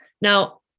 Now